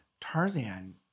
Tarzan